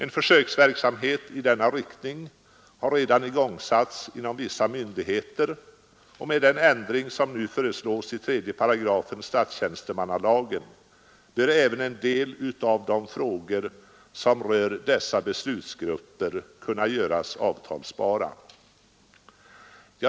En försöksverksamhet i denna riktning har redan igångsatts inom vissa myndigheter, och med den ändring som nu föreslås i 3 § statstjänstemannalagen bör även en del av de frågor som rör dessa beslutsgrupper kunna göras avtalsbara.